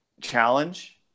challenge